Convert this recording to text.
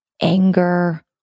anger